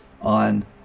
on